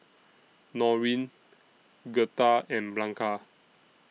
Noreen Gertha and Blanca